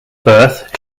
birth